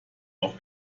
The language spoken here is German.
auch